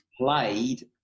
played